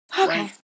Okay